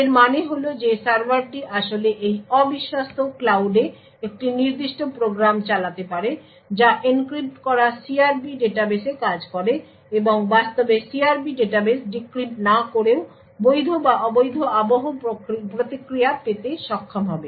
এর মানে হল যে সার্ভারটি আসলে এই অ বিশ্বস্ত ক্লাউডে একটি নির্দিষ্ট প্রোগ্রাম চালাতে পারে যা এনক্রিপ্ট করা CRP ডাটাবেসে কাজ করে এবং বাস্তবে CRP ডাটাবেস ডিক্রিপ্ট না করেও বৈধ বা অবৈধ আবহ প্রতিক্রিয়া পেতে সক্ষম হবে